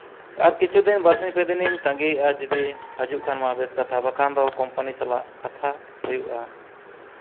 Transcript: ᱟᱨ ᱠᱤᱪᱷᱩ ᱫᱤᱱ ᱵᱟᱨᱥᱤᱧ ᱯᱮ ᱫᱤᱱᱤᱧ ᱛᱟᱸᱜᱤᱭᱮᱫᱼᱟ ᱡᱩᱫᱤ ᱦᱤᱡᱩᱜ ᱠᱷᱟᱱ ᱵᱮᱹᱥ ᱠᱟᱛᱷᱟ ᱵᱟᱠᱷᱟᱱ ᱫᱚ ᱠᱳᱢᱯᱟᱱᱤ ᱥᱟᱞᱟᱜ ᱠᱟᱛᱷᱟᱜ ᱦᱩᱭᱩᱜᱼᱟ